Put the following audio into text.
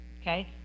okay